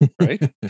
Right